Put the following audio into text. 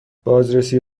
بازرسی